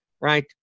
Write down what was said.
right